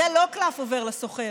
זה לא קלף עובר לסוחר,